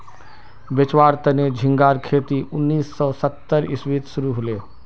बेचुवार तने झिंगार खेती उन्नीस सौ सत्तर इसवीत शुरू हले